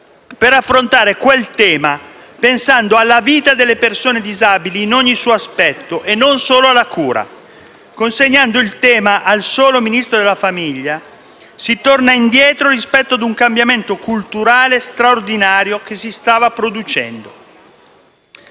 per affrontare quel tema pensando alla vita delle persone disabili in ogni suo aspetto e non solo alla cura. Consegnando il tema al solo Ministro della famiglia si torna indietro rispetto ad un cambiamento culturale straordinario che si stava producendo.